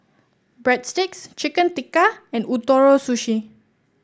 Breadsticks Chicken Tikka and Ootoro Sushi